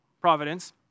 providence